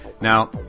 Now